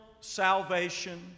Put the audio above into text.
salvation